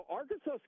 Arkansas